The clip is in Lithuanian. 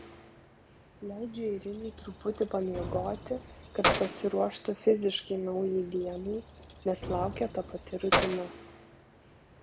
leidžiu airinei truputį pamiegoti kad pasiruoštų fiziškai naujai dienai nes laukia ta pati rutina